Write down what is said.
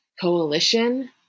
coalition